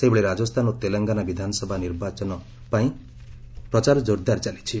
ସେହିଭଳି ରାଜସ୍ଥାନ ଓ ତେଲଙ୍ଗାନା ବିଧାନସଭା ନିର୍ବାଚନ ପାଇଁ ମଧ୍ୟ ପ୍ରଚାର ଅଭିଯାନ ଜୋରଦାର ଚାଲିଛି